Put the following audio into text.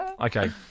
Okay